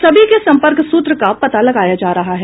सभी के सम्पर्क सूत्र का पता लगाया जा रहा है